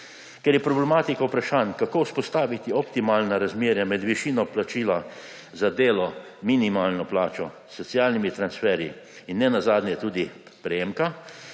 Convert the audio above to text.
Ker je problematika vprašanj, kako vzpostaviti optimalna razmerja med višino plačila za delo, minimalno plačo, socialnimi transferji in nenazadnje tudi prejemka,